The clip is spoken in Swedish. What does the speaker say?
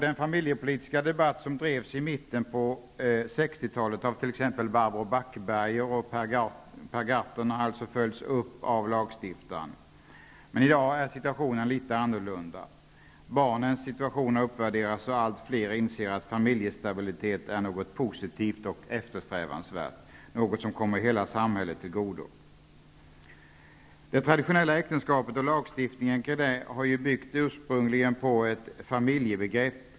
Den familjepolitiska debatt som drevs i mitten på 60-talet av t.ex. Barbro Backberger och Per Gahrton har alltså följts upp av lagstiftaren. I dag är situationen litet annorlunda. Barnens situation har uppvärderats, och allt fler inser att familjestabilitet är något positivt och eftersträvansvärt, något som kommer hela samhället till godo. Det traditionella äktenskapet och lagstiftningen kring det har ursprungligen byggt på ett familjebegrepp.